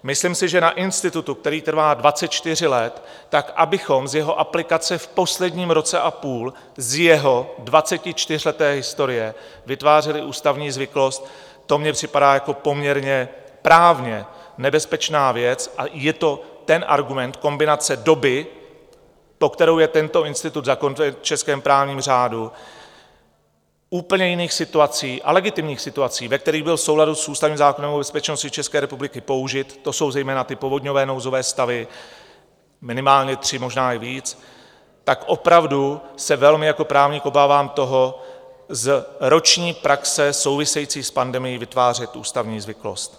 Myslím si, že na institutu, který trvá dvacet čtyři let... abychom z jeho aplikace v posledním roce a půl z jeho dvacetičtyřleté historie vytvářeli ústavní zvyklost, to mně připadá jako poměrně právně nebezpečná věc a je to ten argument kombinace doby, po kterou je tento institut zakotven v českém právním řádu, úplně jiných situací, a legitimních situací, ve kterých byl v souladu s ústavním zákonem nebo bezpečností České republiky použit, to jsou zejména ty povodňové nouzové stavy, minimálně tři, možná i víc, tak opravdu se velmi jako právník obávám toho z roční praxe související s pandemií vytvářet ústavní zvyklost.